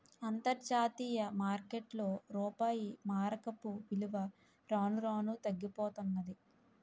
అంతర్జాతీయ మార్కెట్లో రూపాయి మారకపు విలువ రాను రానూ తగ్గిపోతన్నాది